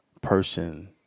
person